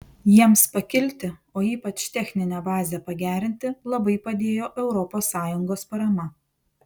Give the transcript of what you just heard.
jiems pakilti o ypač techninę bazę pagerinti labai padėjo europos sąjungos parama